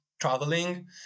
traveling